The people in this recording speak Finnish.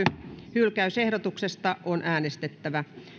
hylkäysehdotuksesta on äänestettävä